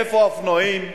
מאיפה האופנועים,